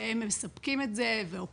הם מספקים את זה ועוקבים,